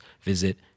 visit